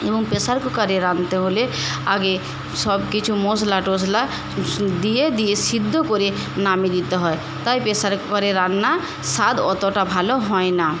এবং প্রেশার কুকারে রাঁধতে হলে আগে সব কিছু মশলা টশলা দিয়ে দিয়ে সিদ্ধ করে নামিয়ে দিতে হয় তাই প্রেশার কুকারে রান্না স্বাদ অতটা ভালো হয় না